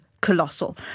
colossal